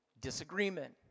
disagreement